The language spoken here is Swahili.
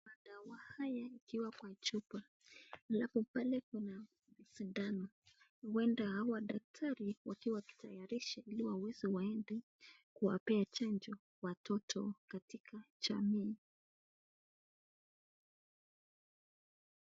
Madawa haya ikiwa kwa chupa alafu pale kuna sindano huenda hawa daktari wakiwa wakitayarisha ili waende kuwapea chanjo watoto katika jamii.